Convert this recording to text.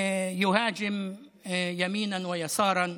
מאז אתמול לא מרפה והוא תוקף על ימין ועל שמאל.